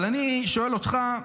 אבל אני שואל אותך,